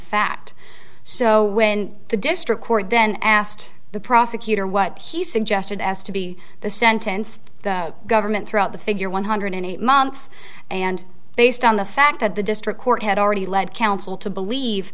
fact so when the district court then asked the prosecutor what he suggested as to be the sentence the government threw out the figure one hundred eight months and based on the fact that the district court had already led counsel to believe